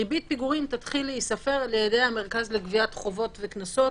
ריבית פיגורים תתחיל להיספר על ידי המרכז לגביית חובות וקנסות